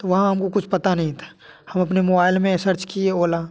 तो वहाँ हमको कुछ पता नही था हम हम अपने मोबाइल में सर्च किए ओला